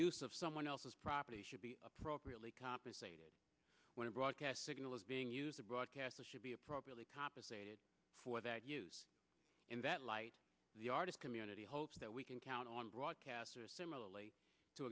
use of someone else's property should be appropriately compensated when a broadcast signal is being used to broadcast or should be appropriately compensated for that use in that light the artist community hopes that we can count on broadcasters similarly to